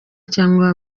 cyangwa